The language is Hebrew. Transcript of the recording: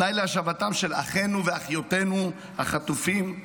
תנאי להשבתם של אחינו ואחיותינו החטופים,